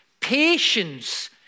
patience